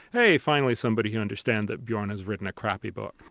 hey, finally somebody who understands that bjorn has written a crappy book.